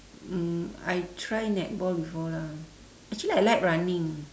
um I try netball before lah actually I like running